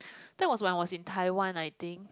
that was when I was in Taiwan I think